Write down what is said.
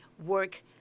work